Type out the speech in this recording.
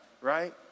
right